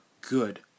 good